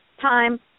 time